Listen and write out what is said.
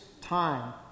time